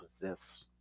possess